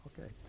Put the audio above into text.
Okay